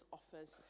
offers